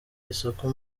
isoko